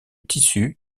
tissu